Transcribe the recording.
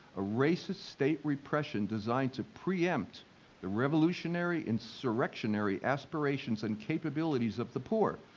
a racist state repression designed to preempt the revolutionary insurrectionary aspirations and capabilities of the poor,